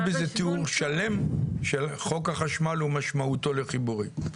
אין בזה תיאור שלם של חוק החשמל ומשמעותו לחיבורים.